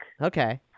okay